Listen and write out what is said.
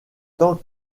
tant